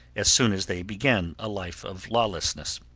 as soon as they begin a life of lawlessness.